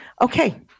Okay